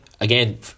again